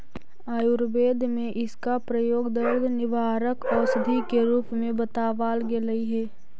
आयुर्वेद में इसका प्रयोग दर्द निवारक औषधि के रूप में बतावाल गेलई हे